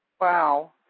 Wow